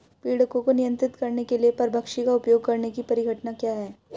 पीड़कों को नियंत्रित करने के लिए परभक्षी का उपयोग करने की परिघटना क्या है?